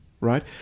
right